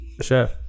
Chef